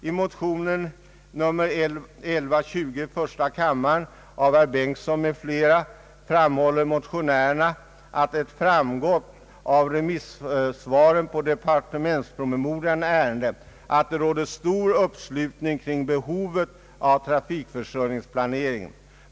I motionen I: 1120 av herr Bengtson m.fl. framhåller motionärerna att det framgått av remissvaren på departementspromemorian i ärendet att det råder stor uppslutning kring behovet av trafikförsörjningsplanering.